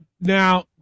Now